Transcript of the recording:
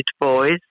boys